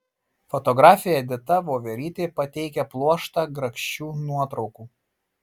fotografė edita voverytė pateikia pluoštą grakščių nuotraukų